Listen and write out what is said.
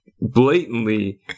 blatantly